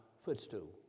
footstool